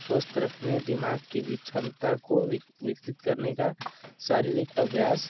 स्वस्थ रखने दिमाग की भी क्षमता को विक विकसित करने का शारीरिक अभ्यास